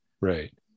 right